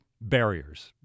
barriers